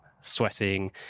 sweating